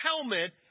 helmet